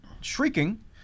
shrieking